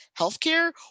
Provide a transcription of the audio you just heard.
healthcare